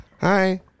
Hi